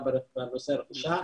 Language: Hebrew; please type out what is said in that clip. גם בנושא הרכישה,